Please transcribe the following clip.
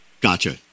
Gotcha